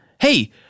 Hey